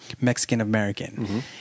Mexican-American